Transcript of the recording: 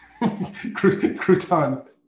Crouton